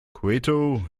quito